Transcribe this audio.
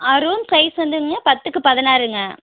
ஆ room size வந்துடுங்க பத்துக்கு பதினாறுங்க